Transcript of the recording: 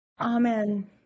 Amen